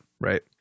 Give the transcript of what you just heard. Right